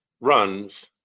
runs